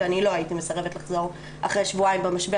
ולא הייתי מסרבת לחזור אחרי שבועיים במשבר